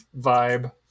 vibe